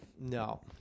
No